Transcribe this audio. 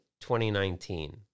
2019